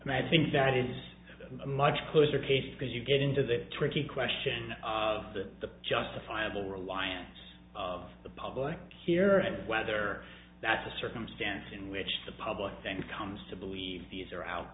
and i think that is a much closer case because you get into the tricky question of the justifiable reliance of the public sphere and whether that's a circumstance in which the public then comes to believe these are out